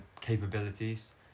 capabilities